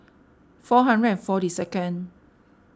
four hundred and forty second